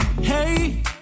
Hey